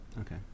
Okay